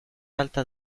alta